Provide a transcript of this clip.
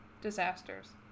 disasters